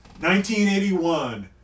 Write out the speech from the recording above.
1981